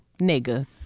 Nigga